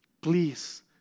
Please